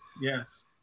Yes